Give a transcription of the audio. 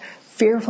fearful